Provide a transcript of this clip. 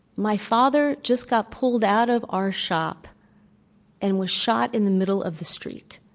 my father just got pulled out of our shop and was shot in the middle of the street.